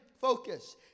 focus